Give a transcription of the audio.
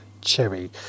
cherry